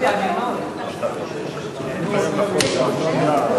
טלב אלסאנע.